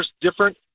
different